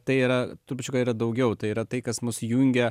tai yra trukdžių yra daugiau tai yra tai kas mus jungia